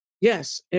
Yes